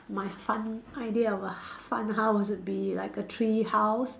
my fun idea of a fun house would be like a tree house